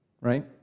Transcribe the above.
Right